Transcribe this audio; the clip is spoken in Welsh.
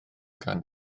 gan